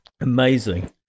Amazing